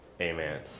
amen